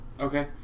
Okay